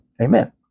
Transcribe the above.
amen